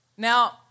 Now